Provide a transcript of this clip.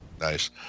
Nice